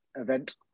event